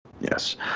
Yes